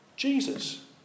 Jesus